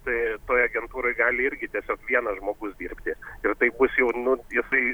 tai toj agentūroj gali irgi tiesiog vienas žmogus dirbti ir tai bus jau nu jisai